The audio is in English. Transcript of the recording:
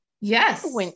Yes